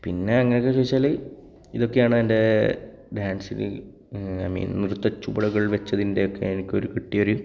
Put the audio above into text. പിന്നെ അങ്ങനെയൊക്കെ ചോദിച്ചാൽ ഇതൊക്കെയാണ് എൻ്റെ ഡാൻസിൽ ഐ മീൻ നൃത്ത ചുവടുകൾ വച്ചതിൻ്റെ ഒക്കെ എനിക്കൊരു കിട്ടിയ ഒരു